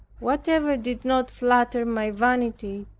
whatever did not flatter my vanity,